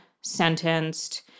sentenced